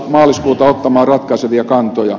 maaliskuuta ottamaan ratkaisevia kantoja